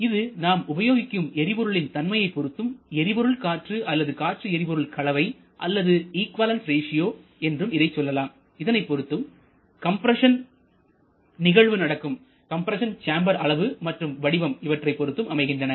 இது நாம் உபயோகிக்கும் எரிபொருளின் தன்மையை பொருத்தும் எரிபொருள் காற்று அல்லது காற்று எரிபொருள் கலவை அல்லது இக்வலன்ஸ் ரேசியோ என்றும் இதைச் சொல்லலாம் இதனை பொருத்தும் கம்ப்ரஸன் நிகழ்வு நடக்கும் கம்ப்ரஸன் சேம்பர் அளவு மற்றும் வடிவம் இவற்றை பொறுத்தும் அமைகின்றன